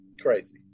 crazy